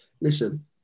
listen